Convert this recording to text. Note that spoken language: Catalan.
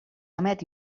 emet